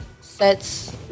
sets